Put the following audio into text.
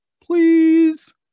Please